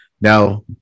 now